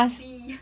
b